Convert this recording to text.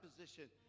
position